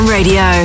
Radio